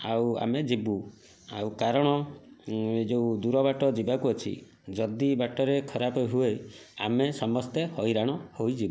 ଆଉ ଆମେ ଯିବୁ ଆଉ କାରଣ ଯେଉଁ ଦୂର ବାଟ ଯିବାକୁ ଅଛି ଯଦି ବାଟରେ ଖରାପ ହୁଏ ଆମେ ସମସ୍ତେ ହଇରାଣ ହୋଇଯିବୁ